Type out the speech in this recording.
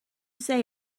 say